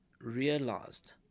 realized